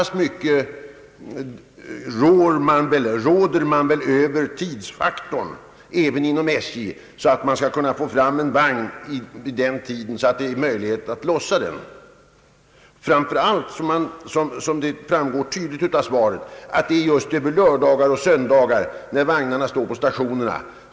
Så mycket råder man väl även inom SJ över tidsfaktorn, framför allt som det just är under löroch söndagar som dessa tillgrepp skett i vagnar som står kvar med sitt innehåll på stationerna.